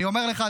אני אומר לך,